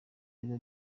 biba